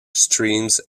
streams